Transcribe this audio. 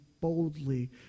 boldly